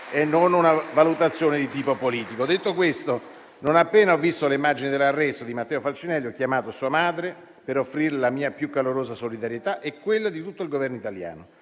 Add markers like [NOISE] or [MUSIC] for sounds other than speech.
e non una valutazione di tipo politico. [APPLAUSE] Detto questo, non appena ho visto le immagini dell'arresto di Matteo Falcinelli, ho chiamato sua madre per offrire la mia più calorosa solidarietà e quella di tutto il Governo italiano.